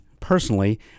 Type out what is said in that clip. personally